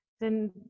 then-